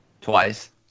Twice